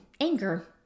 anger